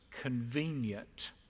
convenient